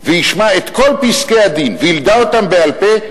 וישמע את כל פסקי-הדין וידע אותם בעל-פה,